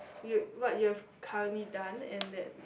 you what you have currently done and that